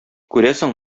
күрәсең